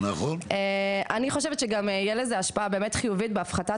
אני חושבת שגם תהיה לזה השפעה חיובית בהפחתת